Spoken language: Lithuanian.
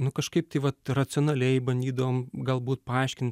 nu kažkaip tai vat racionaliai bandydavom galbūt paaiškint